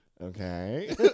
okay